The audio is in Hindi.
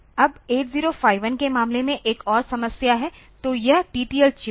अब 8051 के मामले में एक और समस्या है तो यह TTL चिप है